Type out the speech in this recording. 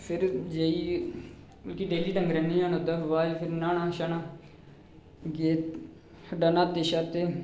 फेर जाइयै मिकी डेली डंगरें गी नौआना बाद इच फिर न्हाना शाना गे खड्ढै न्हाते शाते